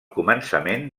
començament